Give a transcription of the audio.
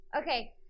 Okay